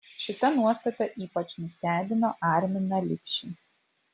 šita nuostata ypač nustebino arminą lipšį